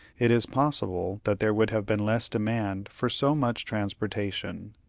it is possible that there would have been less demand for so much transportation.